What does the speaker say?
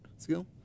skill